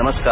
नमस्कार